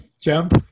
jump